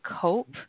cope